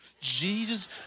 Jesus